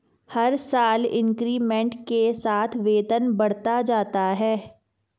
हर साल इंक्रीमेंट के साथ वेतन बढ़ता जाता है